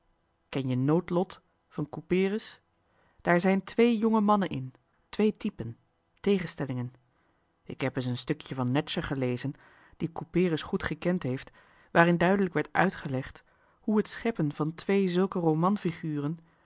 ken je noodlot van couperus daar zijn twee jonge mannen in twee typen tegenstellingen ik heb es en stukje van netscher gelezen die couperus goed gekend heeft waarin duidelijk werd uitgelegd hoe het scheppen van twee zulke